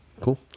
cool